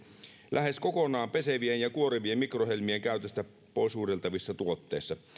lähes kokonaan pesevien ja kuorivien mikrohelmien käytöstä poishuuhdeltavissa tuotteissa